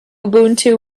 ubuntu